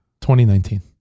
2019